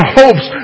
hopes